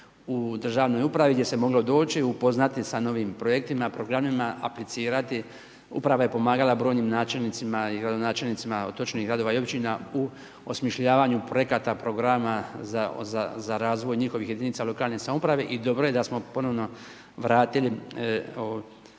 u državnoj upravi gdje se moglo doći upoznati sa novim projektima, programima, aplicirati, uprava je pomagala, brojnim načelnicima i gradonačelnicima točnih gradova i općina u osmišljavanju projekata, programa, za razvoj njihovih jedinica lokalne samouprave i dobro je da smo ponovno vratili upravu